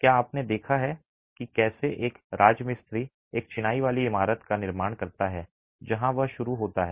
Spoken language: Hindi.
क्या आपने देखा है कि कैसे एक राजमिस्त्री एक चिनाई वाली इमारत का निर्माण करता है जहाँ वह शुरू होता है